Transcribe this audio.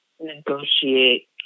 negotiate